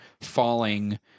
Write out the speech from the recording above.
falling